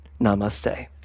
Namaste